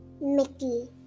Mickey